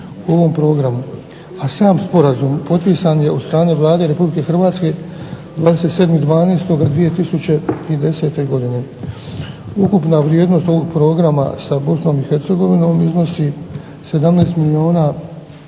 u ovom programu, a sam sporazum potpisan je od strane Vlade RH 27.12.2010. godine. Ukupna vrijednost ovog programa sa BiH iznosi 17 milijuna